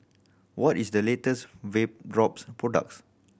what is the latest Vapodrops products